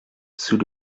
sous